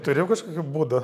turi jau kažkokių būdų